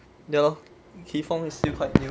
ya lor kee fong is still quite new